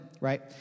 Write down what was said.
Right